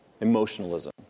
Emotionalism